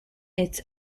its